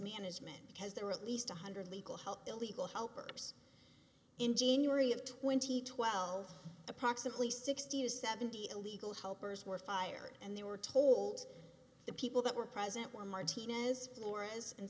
management because there were at least one hundred legal help illegal helpers in january of twenty twelve approximately sixty to seventy illegal helpers were fired and they were told the people that were present were martinez flores and